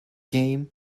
game